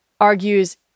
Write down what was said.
argues